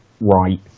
right